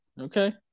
Okay